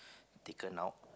taken out